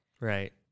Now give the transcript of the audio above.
Right